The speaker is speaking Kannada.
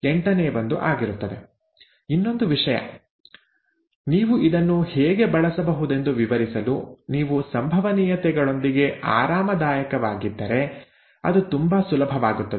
ಇನ್ನೊಂದು ವಿಷಯ ನೀವು ಇದನ್ನು ಹೇಗೆ ಬಳಸಬಹುದೆಂದು ವಿವರಿಸಲು ನೀವು ಸಂಭವನೀಯತೆಗಳೊಂದಿಗೆ ಆರಾಮದಾಯಕವಾಗಿದ್ದರೆ ಅದು ತುಂಬಾ ಸುಲಭವಾಗುತ್ತದೆ